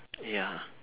ya